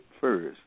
first